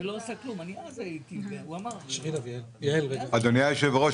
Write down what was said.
אדוני היושב-ראש,